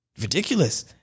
ridiculous